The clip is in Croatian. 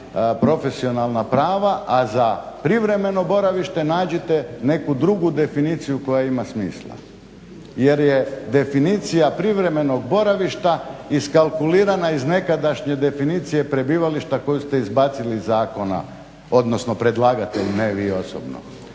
profesionalna prava a za privremeno boravište nađite neku drugu definiciju koja ima smisla jer je definicija privremenog boravišta iskalkulirana iz nekadašnje definicije prebivališta koju ste izbacili iz zakona odnosno predlagatelj ne vi osobno.